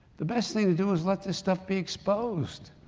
the best thing to do is let this stuff be exposed.